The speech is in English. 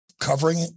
covering